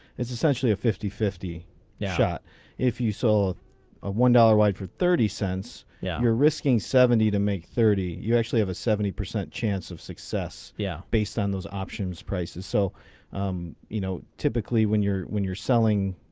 it's essentially a fifty fifty shot if you sold a one dollar wide for thirty cents yeah you're risking seventy to make thirty you actually have a seventy percent chance of success yeah based on those options prices so you know typically when you're when you're selling.